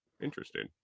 Interesting